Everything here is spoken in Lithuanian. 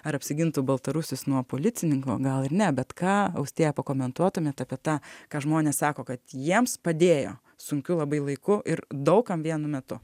ar apsigintų baltarusis nuo policininko gal ir ne bet ką austėja pakomentuotumėt apie tą ką žmonės sako kad jiems padėjo sunkiu labai laiku ir daug kam vienu metu